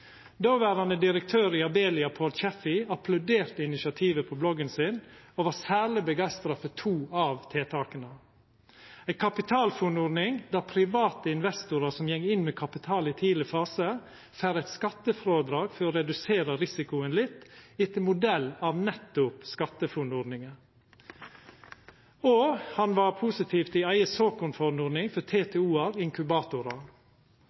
direktør i Abelia, Paul Chaffey, applauderte initiativet på bloggen sin og var særleg begeistra for to av tiltaka – ei kapitalfondordning, der private investorar som går inn med kapital i tidleg fase, får eit skattefrådrag for å redusera risikoen litt, etter modell av nettopp SkatteFUNN-ordninga. Og han var positiv til ei eiga såkornfondordning for